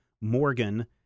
Morgan